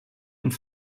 und